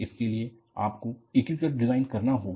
इसके लिए आपको एकीकृत डिज़ाइन करना होगा